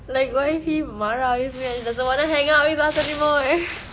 like what if he marah at me and he doesn't want to hang out with us anymore